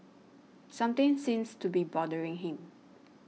something seems to be bothering him